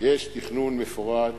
יש תכנון מפורט